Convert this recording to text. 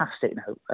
fantastic